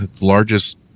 largest